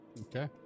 Okay